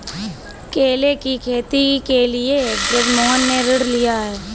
केले की खेती के लिए बृजमोहन ने ऋण लिया है